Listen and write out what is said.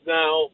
now